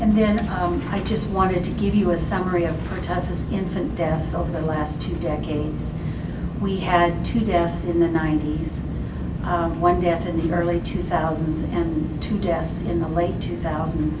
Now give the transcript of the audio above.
and then i just wanted to give you a summary of tarsus infant deaths over the last two decades we had two deaths in the ninety's one death in the early two thousand and two deaths in the late two thousand